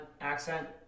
accent